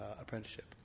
apprenticeship